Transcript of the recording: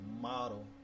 model